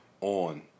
on